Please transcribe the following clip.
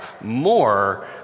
more